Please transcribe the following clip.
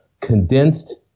condensed